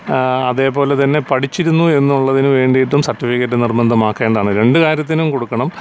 അതേപോലെ തന്നെ പഠിച്ചിരുന്നു എന്നുള്ളതിനു വേണ്ടിയിട്ടും സർട്ടിഫിക്കറ്റ് നിർബന്ധമാക്കേണ്ടതാണ് രണ്ടു കാര്യത്തിനും കൊടുക്കണം